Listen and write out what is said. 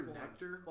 nectar